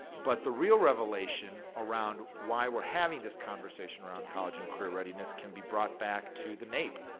but the real revelation around why we're having this conversation around college and career readiness can be brought back to the naep.